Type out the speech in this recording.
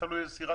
תלוי איזה סירה.